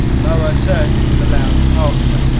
moa turned into the lounge archway.